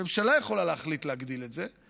הממשלה יכולה להחליט להגדיל את זה,